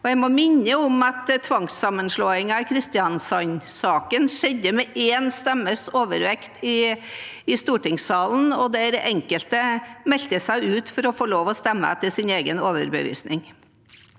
Jeg må minne om at tvangssammenslåingen i Kristiansand-saken skjedde med én stemmes overvekt i stortingssalen, og enkelte meldte seg ut for å få lov til å stemme etter sin egen overbevisning.